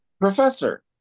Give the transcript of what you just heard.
Professor